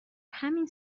همین